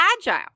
agile